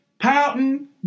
pouting